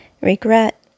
regret